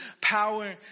power